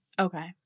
Okay